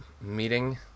meeting